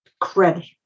credit